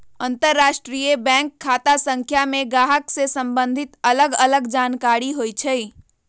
अंतरराष्ट्रीय बैंक खता संख्या में गाहक से सम्बंधित अलग अलग जानकारि होइ छइ